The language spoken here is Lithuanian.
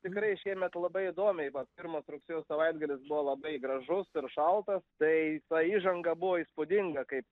tikrai šiemet labai įdomiai vat pirmas rugsėjo savaitgalis buvo labai gražus ir šaltas tai ta įžanga buvo įspūdinga kaip